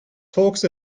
talks